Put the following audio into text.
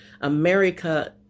America